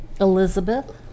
Elizabeth